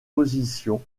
position